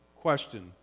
question